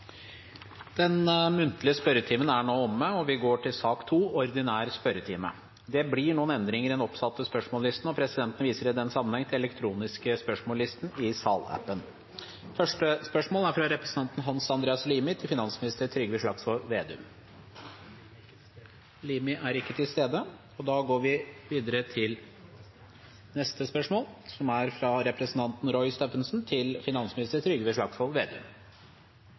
Den muntlige spørretimen er nå omme. Det blir noen endringer i den oppsatte spørsmålslisten, og presidenten viser i den sammenheng til den elektroniske spørsmålslisten i salappen. Endringene var som følger: Spørsmål 3, fra representanten Mahmoud Farahmand til finansministeren, er overført til kommunal- og distriktsministeren som rette vedkommende. Spørsmål 5, fra representanten Ingjerd Schou til utviklingsministeren, må utsettes til neste spørretime, da statsråden har sykdomsforfall. Spørsmål 10, fra representanten Ingvild Wetrhus Thorsvik til